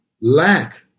lack